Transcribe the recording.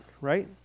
right